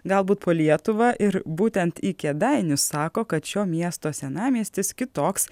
galbūt po lietuvą ir būtent į kėdainius sako kad šio miesto senamiestis kitoks